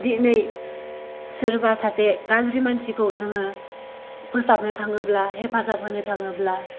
दिनै सोरबा सासे गाज्रि मानसिखौ जोङो फोसाबनो थाङोब्ला हेफाजाब होनो थाङोब्ला